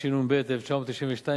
התשנ"ב 1992,